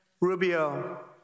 Rubio